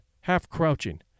half-crouching